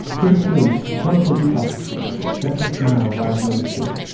pretty soon, a plump police officer with a gentle smile arrives on the scene.